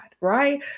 Right